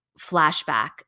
flashback